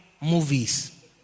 movies